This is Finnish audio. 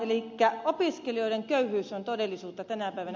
elikkä opiskelijoiden köyhyys on todellisuutta tänä päivänä